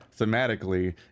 thematically